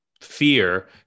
fear